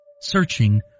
searching